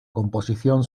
composición